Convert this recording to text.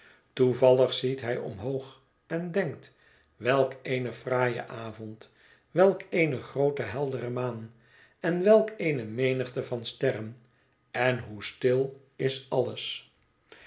toevallig ziet hij omhoog en denkt welk een fraaie avond welk eene groote heldere maan en welk eene menigte van sterren en hoe stil is alles